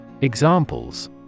Examples